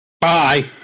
Bye